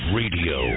radio